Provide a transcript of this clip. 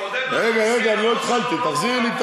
תעודד אותו,